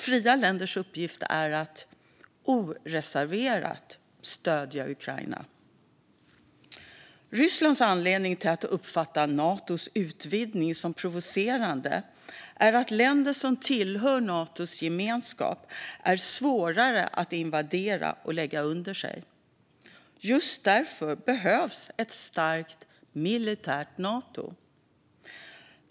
Fria länders uppgift är att oreserverat stödja Ukraina. Rysslands anledning att uppfatta Natos utvidgning som provocerande är att länder som tillhör Natos gemenskap är svårare att invadera och lägga under sig. Just därför behövs ett militärt starkt Nato.